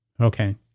okay